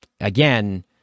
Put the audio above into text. again